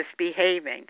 misbehaving